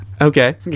okay